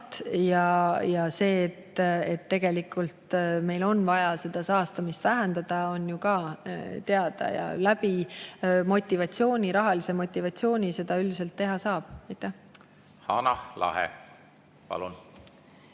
ja see, et tegelikult meil on vaja saastamist vähendada, on ju ka teada. Motivatsiooni, rahalise motivatsiooni abil seda üldiselt teha saab. Hanah Lahe, palun!